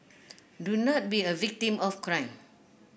do not be a victim of crime